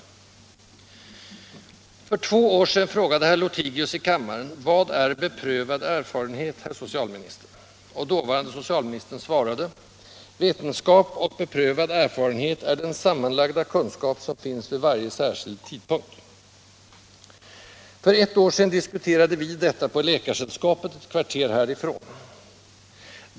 För två år sedan frågade herr Lothigius i kammaren: ”Vad är beprövad erfarenhet, herr socialminister?” och dåvarande socialministern svarade: ”Vetenskap och beprövad erfarenhet är den sammanlagda kunskap som finns vid varje särskild tidpunkt.” För ett år sedan diskuterade vi detta på Läkaresällskapet ett kvarter härifrån.